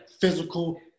physical